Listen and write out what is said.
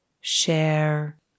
share